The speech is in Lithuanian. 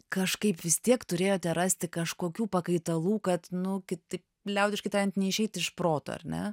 kažkaip vis tiek turėjote rasti kažkokių pakaitalų kad nu kaip tik liaudiškai tariant neišeiti iš proto ar ne